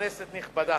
כנסת נכבדה,